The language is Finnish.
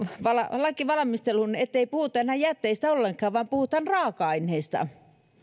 laki valmisteluun ettei puhuta enää jätteistä ollenkaan vaan puhutaan raaka aineista